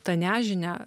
tą nežinią